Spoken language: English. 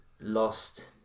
lost